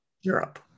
Europe